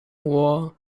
war